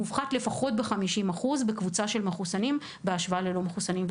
מופחת לפחות ב-50 אחוזים בקבוצה של מחוסנים בהשוואה ללא מחוסנים.